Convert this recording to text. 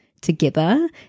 together